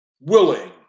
willing